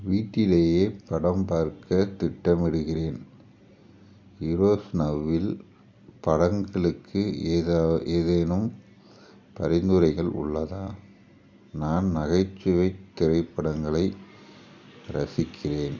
வீட்டிலேயே படம் பார்க்க திட்டமிடுகிறேன் ஈரோஸ் நவ்வில் படங்களுக்கு ஏதா ஏதேனும் பரிந்துரைகள் உள்ளதா நான் நகைச்சுவை திரைப்படங்களை ரசிக்கிறேன்